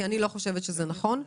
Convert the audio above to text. כי אני לא חושבת שזה נכון,